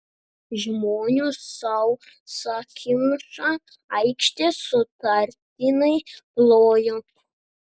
žmonių sausakimša aikštė sutartinai plojo